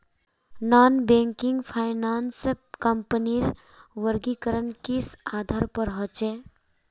Non banking finance कंपनीर वर्गीकरण किस आधार पर होचे?